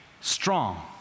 strong